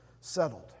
settled